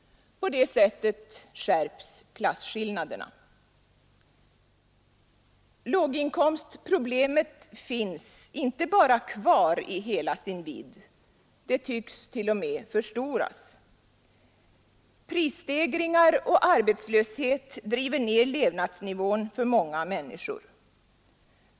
På det sättet skärps klasskillnaderna. Låginkomstproblemet finns inte bara kvar i hela sin vidd — det tycks t.o.m. förstoras. Prisstegringar och arbetslöshet driver ned levnadsnivån för många människor.